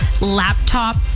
laptop